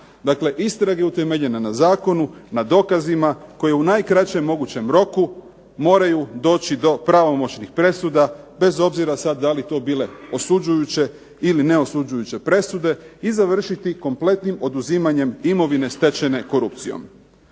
istraga je utemeljena na zakonu, na dokazima koji u najkraćem mogućem roku moraju doći do pravomoćnih presuda bez obzira sad da li to bile osuđujuće ili neosuđujuće presude i završiti kompletnim oduzimanjem imovine stečene korupcijom.